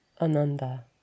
Ananda